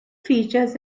features